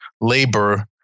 labor